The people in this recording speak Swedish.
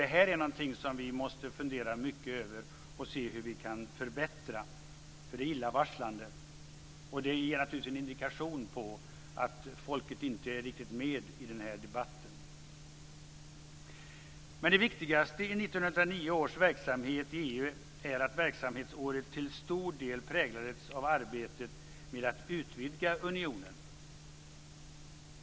Det är något som vi måste fundera mycket över och se om vi kan förbättra, för det är illavarslande. Det ger naturligtvis en indikation om att folket inte riktigt är med i den här debatten. Men det viktigaste i 1999 års verksamhet i EU är att verksamhetsåret till stor del präglats av arbetet med att utvidga unionen.